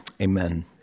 amen